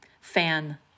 fan